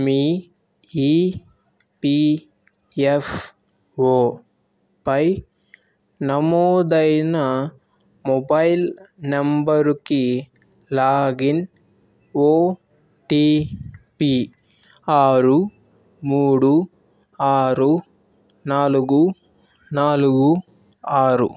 మీ ఈపీఎఫ్ఓపై నమోదైన మొబైల్ నంబరుకి లాగిన్ ఓటీపీ ఆరు మూడు ఆరు నాలుగు నాలుగు ఆరు